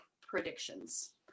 predictions